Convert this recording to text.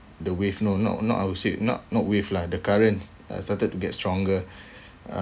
the wave no not not I would say not not wave lah the current started to get stronger